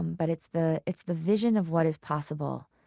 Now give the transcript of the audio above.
and but it's the it's the vision of what is possible.